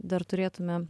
dar turėtume